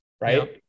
right